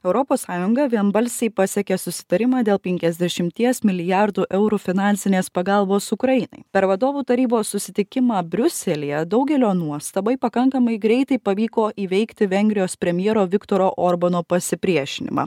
europos sąjunga vienbalsiai pasiekė susitarimą dėl penkiasdešimties milijardų eurų finansinės pagalbos ukrainai per vadovų tarybos susitikimą briuselyje daugelio nuostabai pakankamai greitai pavyko įveikti vengrijos premjero viktoro orbano pasipriešinimą